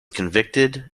convicted